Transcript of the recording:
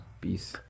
peace